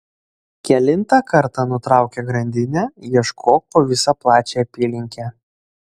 kelintą kartą nutraukia grandinę ieškok po visą plačią apylinkę